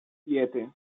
siete